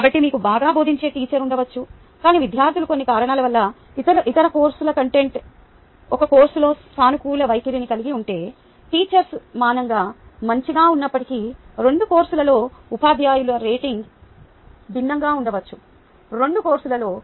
కాబట్టి మీకు బాగా బోధించే టీచర్ ఉండవచ్చు కాని విద్యార్థులు కొన్ని కారణాల వల్ల ఇతర కోర్సుల కంటే ఒక కోర్సులో సానుకూల వైఖరిని కలిగి ఉంటే టీచర్ సమానంగా మంచిగా ఉన్నప్పటికీ రెండు కోర్సులలో ఉపాధ్యాయుల రేటింగ్ భిన్నంగా ఉండవచ్చు రెండు కోర్సులలో